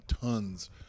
tons